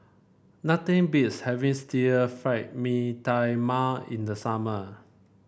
nothing beats having still Fried Mee Tai Mak in the summer